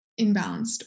imbalanced